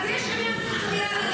אז יש עניין סקטוריאלי.